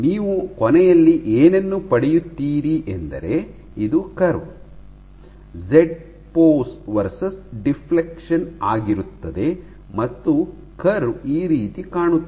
ನೀವು ಕೊನೆಯಲ್ಲಿ ಏನನ್ನು ಪಡೆಯುತ್ತೀರಿ ಎಂದರೆ ಇದು curve Z pos versus deflection ಆಗಿರುತ್ತದೆ ಮತ್ತು ಕರ್ವ್ ಈ ರೀತಿ ಕಾಣುತ್ತದೆ